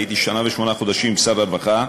הייתי שנה ושמונה חודשים שר הרווחה,